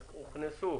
שהוכנסו